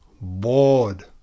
Bored